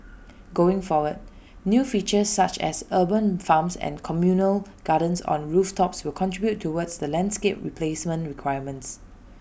going forward new features such as urban farms and communal gardens on rooftops will contribute towards the landscape replacement requirements